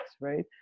right